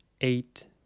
eight